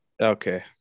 Okay